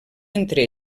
entre